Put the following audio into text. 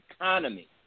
economy